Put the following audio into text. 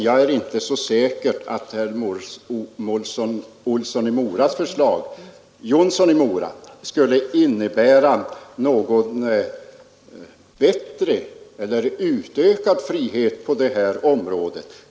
Jag är inte så säker på att ett genomförande av herr Jonssons i Mora förslag innebär en ökad frihet på det området.